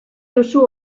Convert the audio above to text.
duzu